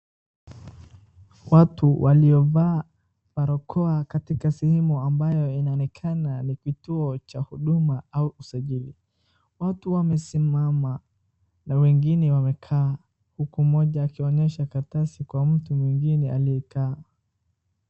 Watu waliovaa barakoa katika sehemu ambayo inayoonekana ni kituo cha huduma au usajili. Watu wamesimama na wengine wamekaa huku mmoja akionyesha karatasi kwa mtu mwingine aliyekaa.